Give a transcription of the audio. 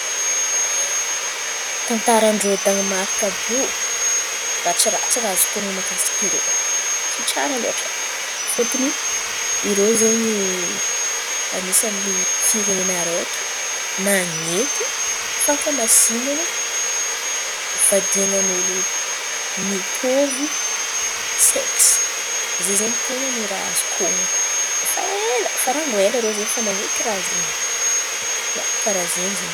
Tantaran-drô Danimarka àby iô ratsiratsy ny azoko honon̈o mahakasika irô, tsy tsara loatra fôtony, irô zen̈y anisan̈y firenena araiky manaiky fankamasin̈ana fivadian̈an'olo mitôvo seksy. Ze zen̈y ny ten̈a ny azoko honon̈o fa aila rango aila zen̈y fa nan̈eky raha izen̈y, ia, karàha zen̈y zen̈y.